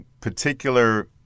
particular